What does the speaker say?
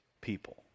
people